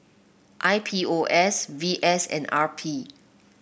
I P O S V S and R P